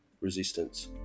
resistance